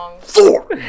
Four